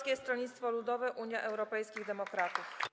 Polskie Stronnictwo Ludowe - Unia Europejskich Demokratów.